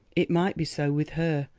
it might be so with her.